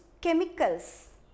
chemicals